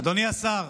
אדוני השר,